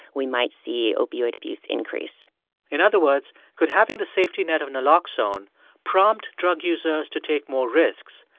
we might see opioid abuse increase in other words, could having the safety net of naloxone prompt drug users to take more risks,